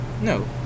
No